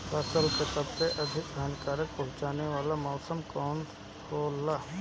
फसल के सबसे अधिक हानि पहुंचाने वाला मौसम कौन हो ला?